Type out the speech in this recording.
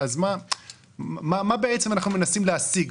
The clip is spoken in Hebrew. מה בעצם אנחנו מנסים להשיג?